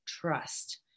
trust